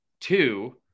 Two